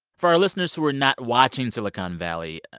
for our listeners who are not watching silicon valley,